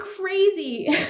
crazy